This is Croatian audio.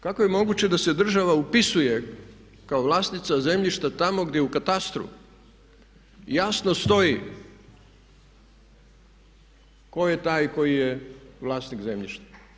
Kako je moguće da se država upisuje kao vlasništva zemljišta tamo gdje u katastru jasno stoji tko je taj koji je vlasnik zemljišta?